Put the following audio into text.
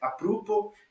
Apropo